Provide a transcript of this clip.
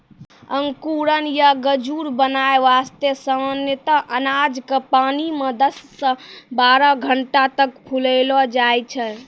अंकुरण या गजूर बनाय वास्तॅ सामान्यतया अनाज क पानी मॅ दस सॅ बारह घंटा तक फुलैलो जाय छै